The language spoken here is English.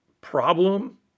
problem